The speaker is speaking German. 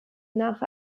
nach